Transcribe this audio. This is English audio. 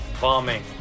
bombing